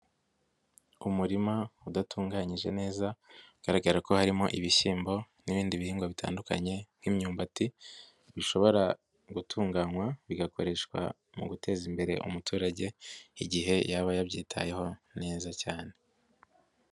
Umurima udatunganyije neza bigaragara ko harimo ibishyimbo n'ibindi bihingwa bitandukanye nk'imyumbati bishobora gutunganywa bigakoreshwa mu guteza imbere umuturage igihe yaba yabyitayeho neza cyane.